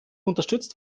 unterstützt